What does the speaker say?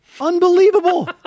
Unbelievable